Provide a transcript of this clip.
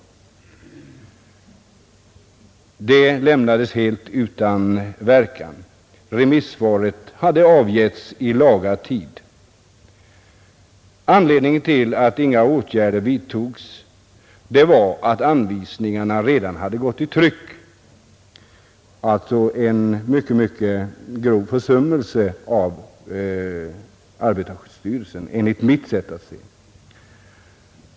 Det lämnades helt utan verkan, trots att remissvaret hade avgetts i laga tid. Anledningen till att inga åtgärder vidtogs var att anvisningarna redan hade gått i tryck. Det var enligt mitt sätt att se en mycket grov försummelse av arbetarskyddsstyrelsen.